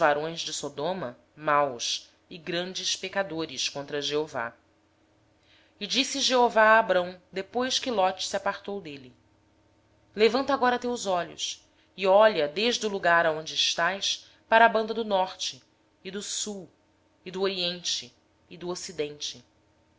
de sodoma eram maus e grandes pecadores contra o senhor e disse o senhor a abrão depois que ló se apartou dele levanta agora os olhos e olha desde o lugar onde estás para o norte para o sul para o oriente e para o ocidente